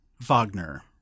Wagner